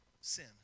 sin